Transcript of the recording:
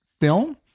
film